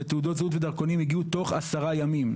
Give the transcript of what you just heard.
ותעודות זהות ודרכונים הגיעו תוך 10 ימים.